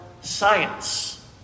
science